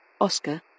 Oscar